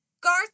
Garth